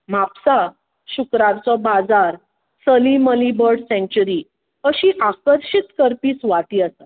म्हापसा शुक्रारचो बाजार सलीम अली बड सँच्यूरी अशीं आकर्शींत करपी सुवाती आसा